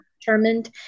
determined